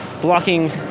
blocking